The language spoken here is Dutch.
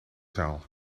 zaal